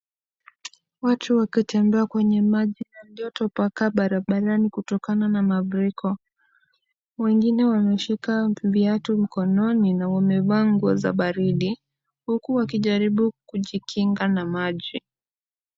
Watu wakitembea kwenye maji na joto barabarani kutokana na mafuriko. Wengine wameshika viatu mkononi na wamevaa nguo za baridi. Huku wakijaribu kujikinga na maji.